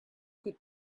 could